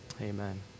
amen